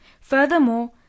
Furthermore